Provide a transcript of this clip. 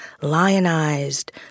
lionized